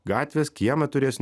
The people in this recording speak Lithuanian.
gatvės kiemą turėsiu